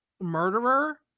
murderer